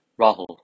Rahul